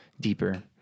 deeper